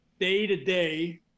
day-to-day